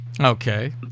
Okay